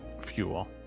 Fuel